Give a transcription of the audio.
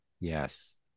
Yes